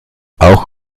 auch